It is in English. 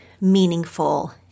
meaningful